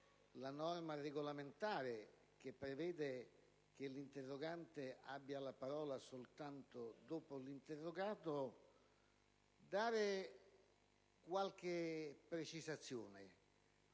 la norma regolamentare che prevede che l'interrogante abbia la parola soltanto dopo l'interrogato, di fornire qualche precisazione,